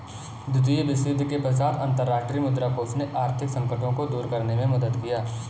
द्वितीय विश्वयुद्ध के पश्चात अंतर्राष्ट्रीय मुद्रा कोष ने आर्थिक संकटों को दूर करने में मदद किया